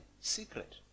secret